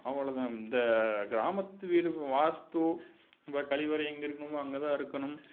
அவ்வளோ தான் இந்த கிராமத்து வீடு வாஸ்து இப்போ கழிவறை எங்கே இருக்கணுமோ அங்கே தான் இருக்கணும்